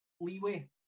leeway